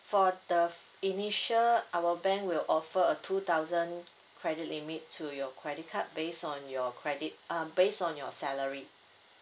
for the initial our bank will offer a two thousand credit limit to your credit card based on your credit um based on your salary